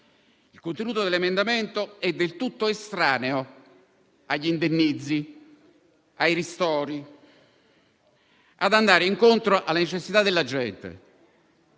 Il contenuto dell'emendamento è del tutto estraneo agli indennizzi, ai ristori, alle necessità della gente.